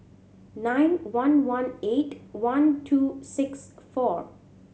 nine one one eight one two six four